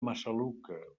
massaluca